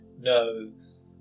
knows